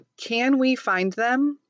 canwefindthem